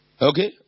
Okay